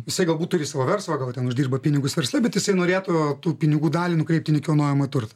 jisai galbūt turi savo verslą gal ten uždirba pinigus versle bet jisai norėtų tų pinigų dalį nukreipti į nekilnojamą turtą